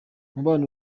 umubano